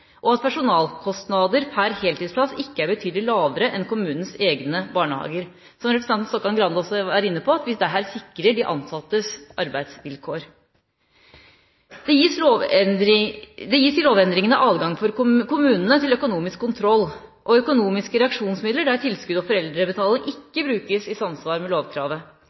husleie, hvis personalkostnader per heltidsplass ikke er betydelig lavere enn i kommunens egne barnehager, og – som representanten Stokkan-Grande også var inne på – hvis dette sikrer de ansattes arbeidsvilkår. Det gis i lovendringene adgang for kommunene til økonomisk kontroll og økonomiske reaksjonsmidler der tilskudd og foreldrebetaling ikke brukes i samsvar med lovkravet.